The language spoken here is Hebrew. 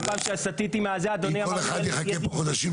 כל פעם שסטיתי מהזה אדוני אמר לי -- אם כל אחד יחכה פה חודשים,